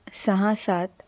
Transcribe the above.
सहा सात